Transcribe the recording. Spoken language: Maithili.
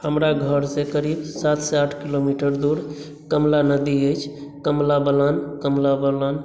हमरा घर से करीब सात सॅं आठ किलोमीटर दूर कमला नदी अछि कमला बलान कमला बलान